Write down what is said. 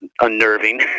unnerving